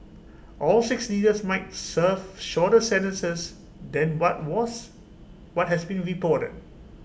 all six leaders might serve shorter sentences than what was what has been reported